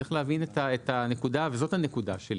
צריך להבין את הנקודה וזאת הנקודה שלי.